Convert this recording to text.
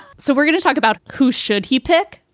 so we're going to talk about who should he pick?